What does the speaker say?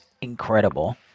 incredible